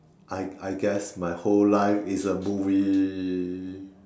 I I guess my whole life is a movie